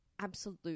absolute